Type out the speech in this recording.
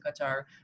Qatar